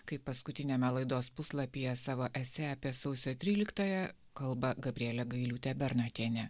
kaip paskutiniame laidos puslapyje savo ese apie sausio tryliktąją kalba gabrielė gailiūtė bernotienė